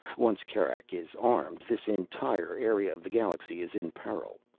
once kerak is armed, this entire area of the galaxy is in peril.